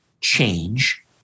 change